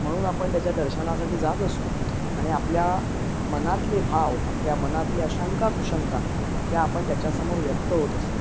म्हणून आपण त्याच्या दर्शनासाठी जात असतो आणि आपल्या मनातले भाव आपल्या मनातले अशंका कुशंका या आपण त्याच्यासमोर व्यक्त होत असतो